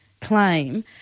claim